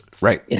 Right